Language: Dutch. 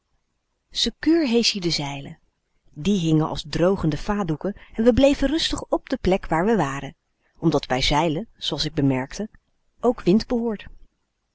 sekuur heesch ie de zeilen die hingen als drogende vadoeken en we bleven rustig p de plek waar we waren omdat bij zeilen zooals ik bemerkte ook wind behoort